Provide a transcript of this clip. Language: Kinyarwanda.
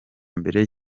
mbere